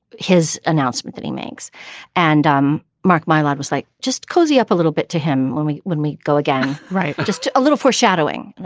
his announcement that he makes and um mark my life was like just cozy up a little bit to him when we would meet. go again. right. just a little foreshadowing. and